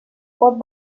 pot